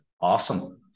Awesome